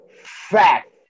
fact